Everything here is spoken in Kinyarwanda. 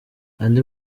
andi